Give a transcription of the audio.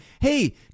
Hey